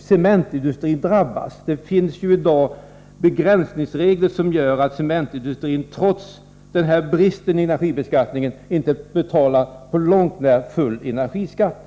cementindustrin drabbas. Det finns i dag begränsningsregler, som gör att cementindustrin, trots denna brist i energibeskattningen, inte betalar på långt när full energiskatt.